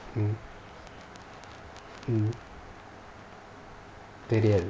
mm mmhmm தெரியாது:teriyaathu